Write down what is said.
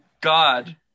God